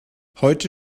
heute